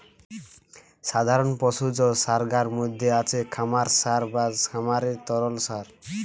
সাধারণ পশুজ সারগার মধ্যে আছে খামার সার বা খামারের তরল সার